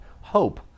Hope